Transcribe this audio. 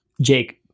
jake